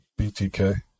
BTK